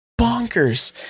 bonkers